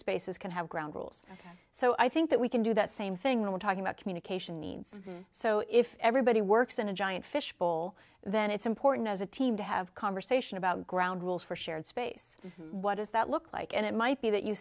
spaces can have ground rules so i think that we can do that same thing when we're talking about communication needs so if everybody works in a giant fishbowl then it's important as a team to have conversation about ground rules for shared space what does that look like and it might be that you